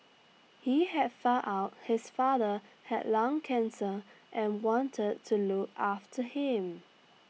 he had found out his father had lung cancer and wanted to look after him